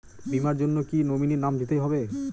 বীমার জন্য কি নমিনীর নাম দিতেই হবে?